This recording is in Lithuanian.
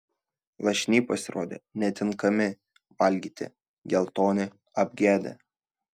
lašiniai pasirodė netinkami valgyti geltoni apgedę